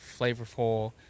flavorful